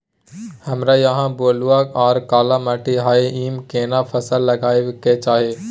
हमरा यहाँ बलूआ आर काला माटी हय ईमे केना फसल लगबै के चाही?